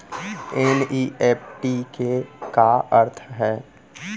NEFT के का अर्थ है?